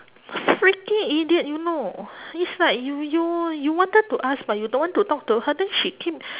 freaking idiot you know is like you you you wanted to ask but you don't want to talk to her then she keep